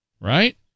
right